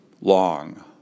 long